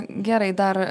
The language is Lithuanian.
gerai dar